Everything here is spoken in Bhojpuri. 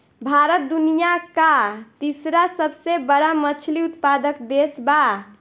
भारत दुनिया का तीसरा सबसे बड़ा मछली उत्पादक देश बा